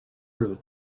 route